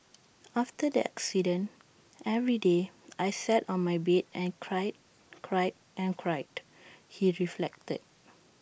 after the accident every day I sat on my bed and cried cried and cried he reflected